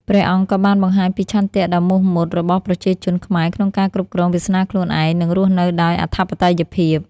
ព្រះអង្គក៏បានបង្ហាញពីឆន្ទៈដ៏មោះមុតរបស់ប្រជាជនខ្មែរក្នុងការគ្រប់គ្រងវាសនាខ្លួនឯង និងរស់នៅដោយអធិបតេយ្យភាព។